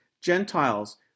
Gentiles